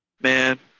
Man